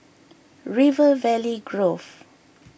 River Valley Grove